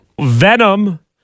Venom